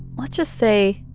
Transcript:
let's just say,